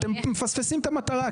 אתם מפספסים את המטרה,